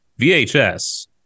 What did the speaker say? VHS